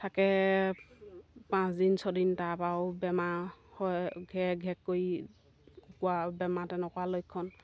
থাকে পাঁচদিন ছদিন তাৰপৰা আৰু বেমাৰ হয় ঘেক ঘেক কৰি কোৱা বেমাৰ তেনেকুৱা লক্ষণ